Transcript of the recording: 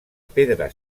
pedra